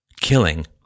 killing